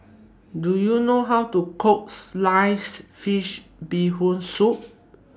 Do YOU know How to Cook Sliced Fish Bee Hoon Soup